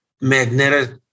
magnetic